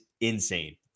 insane